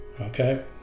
okay